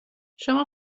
شما